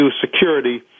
security